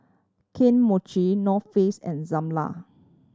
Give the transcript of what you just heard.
Kane Mochi North Face and Zalia